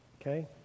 Okay